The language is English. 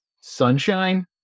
sunshine